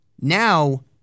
now